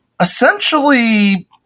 essentially